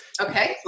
Okay